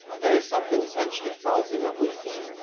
there is something essentially false in what we see,